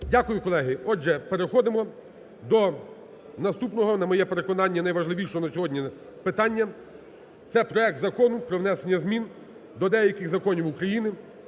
Дякую, колеги. Отже, переходимо до наступного, на моє переконання, найважливішого на сьогодні питання, це проект Закону про внесення змін до деяких Законів України